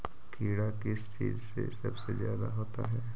कीड़ा किस चीज से सबसे ज्यादा होता है?